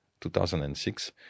2006